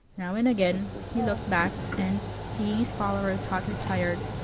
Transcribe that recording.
now and again, he looked back and, seeing his followers hot and tired,